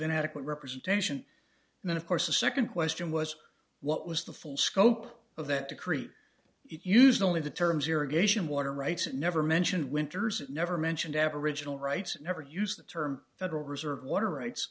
an adequate representation and then of course the second question was what was the full scope of that decree it used only the terms irrigation water rights it never mentioned winters never mentioned aboriginal rights never use the term federal reserve water rights